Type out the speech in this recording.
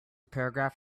paragraph